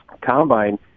combine